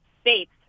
states